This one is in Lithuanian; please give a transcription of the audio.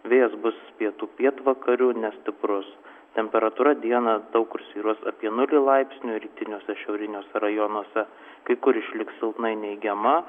vėjas bus pietų pietvakarių nestiprus temperatūra dieną daug kur svyruos apie nulį laipsnių rytiniuose šiauriniuos rajonuose kai kur išliks silpnai neigiama